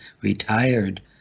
retired